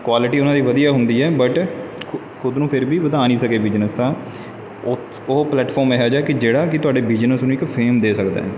quality ਉਹਨਾਂ ਦੀ ਵਧੀਆ ਹੁੰਦੀ ਹੈ ਬਟ ਖੁ ਖੁਦ ਨੂੰ ਫਿਰ ਵੀ ਵਧਾ ਨਹੀਂ ਸਕੇ ਬਿਜਨਸ ਤਾਂ ਉਹ ਉਹ ਪਲੈਟਫਾਰਮ ਇਹੋ ਜਿਹਾ ਕਿ ਜਿਹੜਾ ਕਿ ਤੁਹਾਡੇ ਬਿਜ਼ਨਸ ਨੂੰ ਇੱਕ ਫੇਮ ਦੇ ਸਕਦਾ